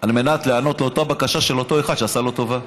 על מנת להיענות לאותה בקשה של אותו אחד שעשה לו טובה.